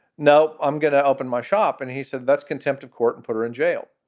no, i'm going to open my shop. and he said, that's contempt of court and put her in jail.